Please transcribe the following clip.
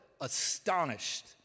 astonished